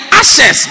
ashes